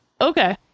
Okay